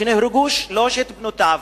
שנהרגו שלוש בנותיו,